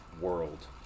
world